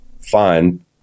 fine